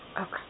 Okay